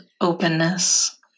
openness